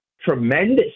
tremendous